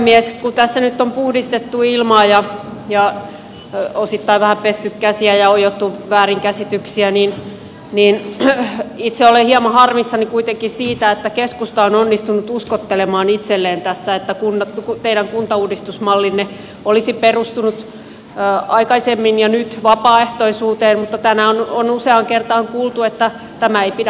kun tässä nyt on puhdistettu ilmaa ja osittain vähän pesty käsiä ja oiottu väärinkäsityksiä niin itse olen hieman harmissani kuitenkin siitä että keskusta on onnistunut uskottelemaan itselleen tässä että teidän kuntauudistusmallinne olisi perustunut aikaisemmin ja nyt vapaaehtoisuuteen tänään on useaan kertaan kuultu että tämä ei pidä paikkaansa